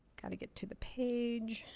got to get to the page